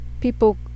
people